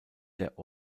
der